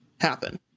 happen